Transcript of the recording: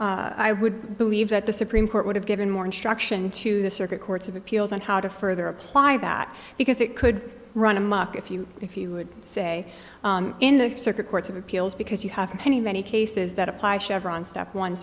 fact i would believe that the supreme court would have given more instruction to the circuit courts of appeals and how to further apply that because it could run amok if you if you would say in the circuit courts of appeals because you have many many cases that apply chevron step one